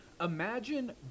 Imagine